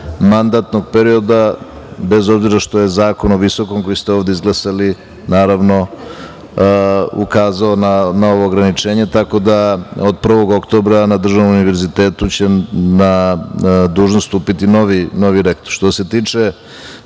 mandatnog perioda, bez obzira što je zakon o visokom, koji ste ovde izglasali ukazao na ovo ograničenje, tako da od 1. oktobra na državnom univerzitetu će na dužnost stupiti novi rektor. Što se tiče